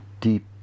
deep